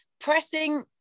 pressing